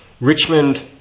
Richmond